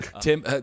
Tim